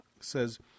says